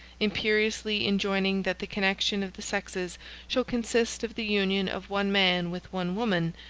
imperiously enjoining that the connection of the sexes shall consist of the union of one man with one woman,